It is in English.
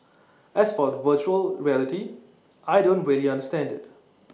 as for the Virtual Reality I don't really understand IT